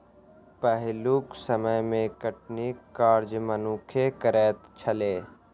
पहिलुक समय मे कटनीक काज मनुक्खे करैत छलै